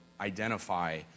identify